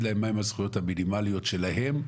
להם מה הן הזכויות המינימליות שלהן,